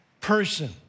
person